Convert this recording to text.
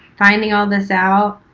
finding all this out,